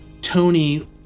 Tony